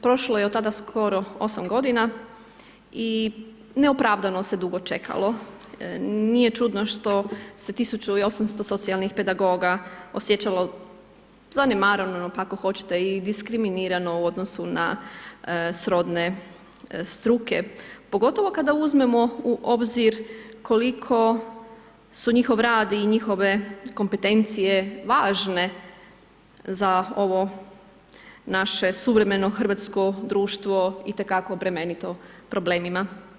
Prošlo je od tada skoro 8 godina i neopravdano se dugo čekalo, nije čudno što se 1800 socijalnih pedagoga osjećalo zanemareno, pa ako hoćete i diskriminirano u odnosu na srodne struke, pogotovo kada uzmemo u obzir koliko su njihov rad i njihove kompetencije važne za ovo naše suvremeno hrvatsko društvo itekako bremenito problemima.